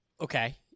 Okay